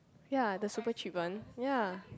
ya the super cheap one ya